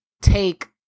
take